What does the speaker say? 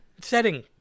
setting